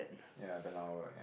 ya been hour ya